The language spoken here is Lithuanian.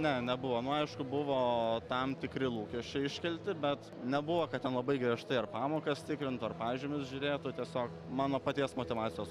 ne nebuvo nu aišku buvo tam tikri lūkesčiai iškelti bet nebuvo kad ten labai griežtai ar pamokas tikrintų ar pažymius žiūrėtų tiesiog mano paties motyvacijos